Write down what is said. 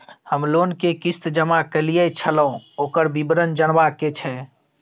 हम लोन के किस्त जमा कैलियै छलौं, ओकर विवरण जनबा के छै?